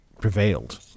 prevailed